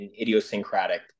idiosyncratic